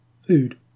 Food